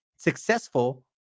successful